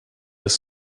das